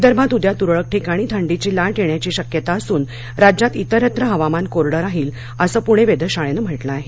विदर्भांत उद्या तुरळक ठिकाणी थंडीची लाट येण्याची शक्यता असून राज्यात इतरत्र हवामान कोरड राहील असं पुणे वेधशाळेनं म्हटलं आहे